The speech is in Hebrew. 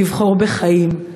לבחור בחיים,